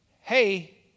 hey